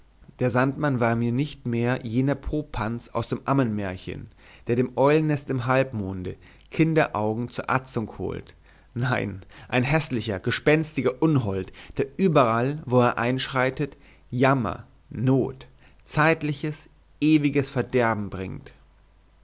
der sandmann war mir nicht mehr jener popanz aus dem ammenmärchen der dem eulennest im halbmonde kinderaugen zur atzung holt nein ein häßlicher gespenstischer unhold der überall wo er einschreitet jammer not zeitliches ewiges verderben bringt